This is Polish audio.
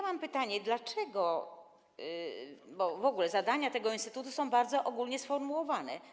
Mam pytanie, bo w ogóle zadania tego instytutu są bardzo ogólnie sformułowane.